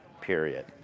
period